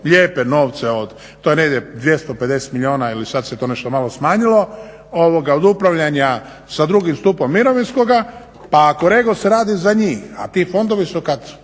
lijepe novce od to je negdje 250 milijuna ili sada se to nešto malo smanjilo od upravljanja sa drugim stupom mirovinskoga. Pa ako REGOS radi za njih, a ti fondovi su kad,